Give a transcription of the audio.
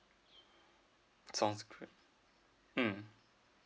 sounds good mm